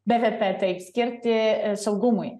bvp taip skirti saugumui